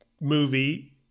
movie